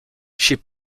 chez